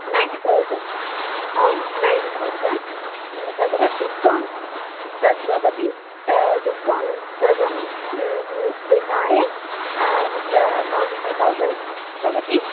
ninety thousand ninety thousand तत्र discount तद्भवति discount सर्वं विहाय तत्र सवण्टि फै़व् तौज़न्ड् भवति